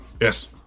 Yes